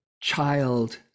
child